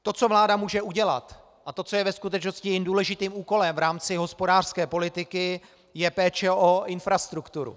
To, co vláda může udělat, a to, co je ve skutečnosti jejím důležitým úkolem v rámci hospodářské politiky, je péče o infrastrukturu.